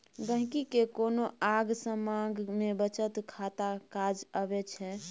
गांहिकी केँ कोनो आँग समाँग मे बचत खाता काज अबै छै